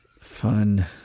Fun